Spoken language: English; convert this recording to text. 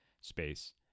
space